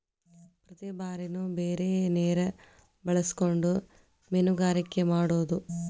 ಪ್ರತಿ ಬಾರಿನು ಬೇರೆ ನೇರ ಬಳಸಕೊಂಡ ಮೇನುಗಾರಿಕೆ ಮಾಡುದು